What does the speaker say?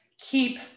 keep